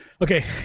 Okay